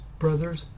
brothers